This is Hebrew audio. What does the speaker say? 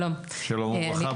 שלום וברכה.